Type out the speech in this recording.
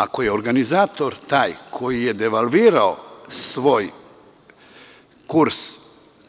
Ako je organizator taj koji je devalvirao svoj kurs